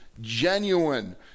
genuine